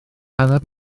hanner